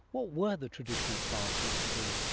what were the traditional plants used for food?